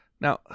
Now